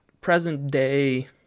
present-day